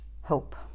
Hope